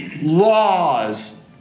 laws